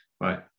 right